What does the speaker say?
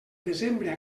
desembre